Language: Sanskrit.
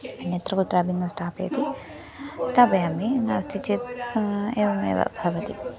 अन्यत्र कुत्रापि न स्थापयति स्थापयामि नास्ति चेत् एवमेव भवति